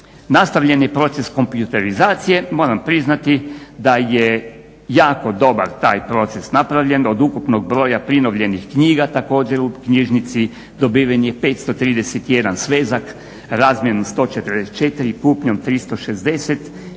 nastavljen je proces kompjuterizacije. Moram priznati da je jako dobar taj proces napravljen. Od ukupnog broja prikupljenih knjiga također u knjižnici dobiven je 531 svezak, razmjenom 144, kupnjom 360 i